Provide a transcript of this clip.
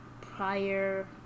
prior